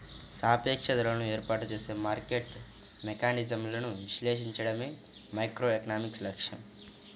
సాపేక్ష ధరలను ఏర్పాటు చేసే మార్కెట్ మెకానిజమ్లను విశ్లేషించడమే మైక్రోఎకనామిక్స్ లక్ష్యం